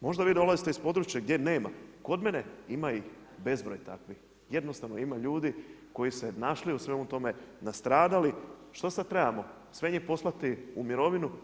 Možda vi dolazite iz područja gdje nema, kod mene ima ih bezbroj takvih, jednostavno ima ljudi koji se našli u svemu tome, nastradali, što sad trebamo, sve njih poslati u mirovinu?